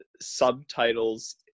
subtitles